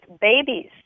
babies